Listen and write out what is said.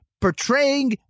portraying